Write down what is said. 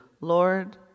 Lord